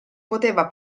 poteva